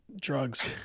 Drugs